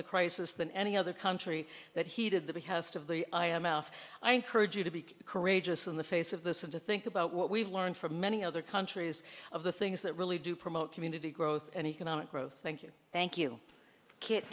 the crisis than any other country that heeded the behest of the i m f i encourage you to be courageous in the face of this and to think about what we've learned from many other countries of the things that really do promote community growth and economic growth thank you thank you